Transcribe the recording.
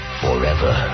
forever